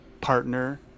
partner